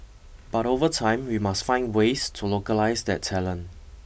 but over time we must find ways to localize that talent